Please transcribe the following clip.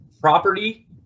property